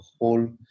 whole